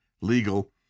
legal